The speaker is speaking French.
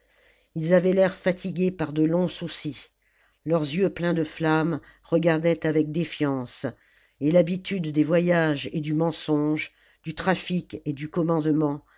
ils avaient l'air fatigués par de longs soucis leurs yeux pleins de flammes regardaient avec défiance et l'habitude des voyages et du mensonge du trafic et du commandement